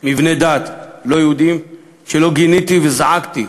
מבני דת לא-יהודיים שלא גיניתי וזעקתי,